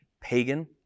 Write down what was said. pagan